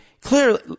clearly